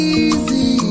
easy